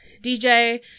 DJ